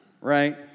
right